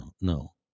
no